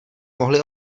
mohli